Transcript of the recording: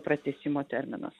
pratęsimo terminas